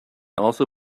also